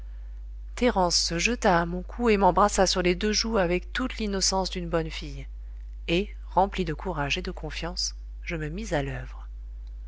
thérence se jeta à mon cou et m'embrassa sur les deux joues avec toute l'innocence d'une bonne fille et rempli de courage et de confiance je me mis à l'oeuvre